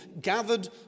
gathered